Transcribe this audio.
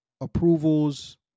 approvals